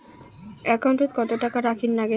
একাউন্টত কত টাকা রাখীর নাগে?